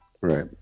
Right